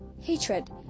Hatred